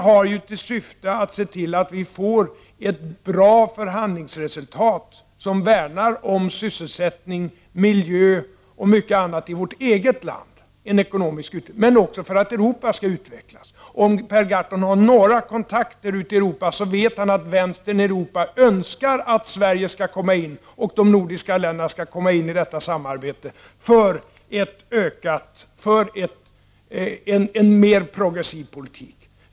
Vårt syfte är att se till att få ett bra förhandlingsresultat, som värnar om sysselsättning, miljö och ekonomisk utveckling i vårt eget land, men också att Europa skall utvecklas. Om Per Gahrton har några kontakter ute i Europa vet han att vänstern där önskar att Sverige och de övriga nordiska länderna skall komma in i detta samarbete och medverka till en mer progressiv politik.